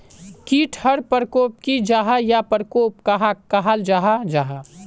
कीट टर परकोप की जाहा या परकोप कहाक कहाल जाहा जाहा?